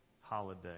holiday